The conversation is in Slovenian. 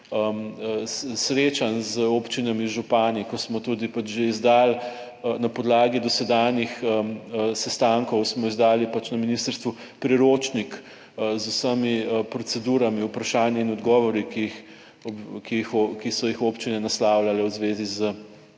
srečanj z občinami, župani, ko smo tudi že izdali, na podlagi dosedanjih sestankov smo izdali pač na ministrstvu priročnik z vsemi procedurami, vprašanji in odgovori, ki so jih občine naslavljale v zvezi z